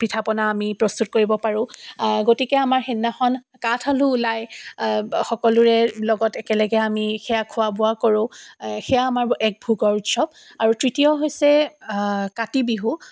পিঠাপনা আমি প্ৰস্তুত কৰিব পাৰোঁ গতিকে আমাৰ সেই দিনাখন কাঠআলু ওলায় সকলোৰে লগত একেলগে আমি সেয়া খোৱা বোৱা কৰোঁ সেয়া আমাৰ এক ভোগৰ উৎসৱ আৰু তৃতীয় হৈছে কাতি বিহু অৰ্থাৎ